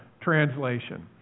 translation